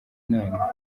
inama